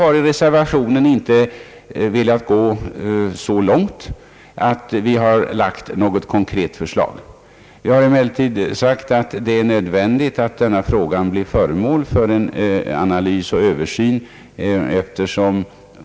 Reservanterna har inte velat gå så långt att de lagt fram något konkret förslag. De har emellertid sagt att det är nödvändigt att denna fråga blir föremål Ang. barntillsyn för studerandefamiljer för analys och översyn.